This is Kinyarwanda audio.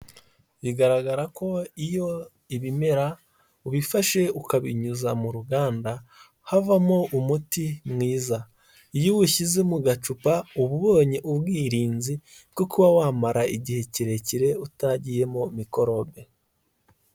Bigaragara ko iyo ibimera ubifashe ukabinyuza mu ruganda havamo umuti mwiza, iyo uwushyize mu gacupa uba ubonye ubwirinzi bwo kuba wamara igihe kirekire utagiyemo mikorobe.